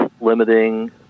limiting